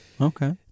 Okay